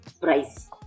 price